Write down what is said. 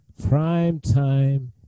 primetime